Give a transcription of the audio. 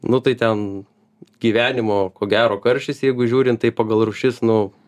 nu tai ten gyvenimo ko gero karšis jeigu žiūrint tai pagal rūšis nu